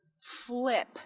flip